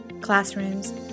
classrooms